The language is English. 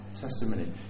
testimony